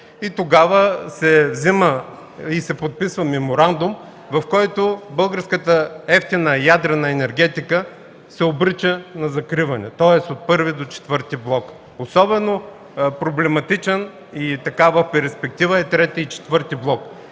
И тогава се взима и се подписва меморандум, в който българската евтина ядрена енергетика се обрича на закриване, тоест от І до ІV блок. Особено проблематични и в перспектива са ІІІ и ІV блок.